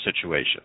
situation